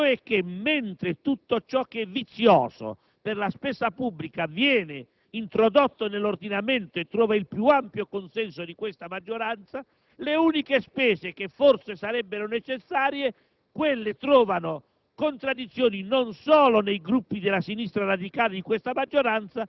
rende palese quanto sto dicendo, cioè che mentre tutto ciò che è vizioso per la spesa pubblica viene introdotto nell'ordinamento e trova il più ampio consenso di questa maggioranza, le uniche spese che forse sarebbero necessarie trovano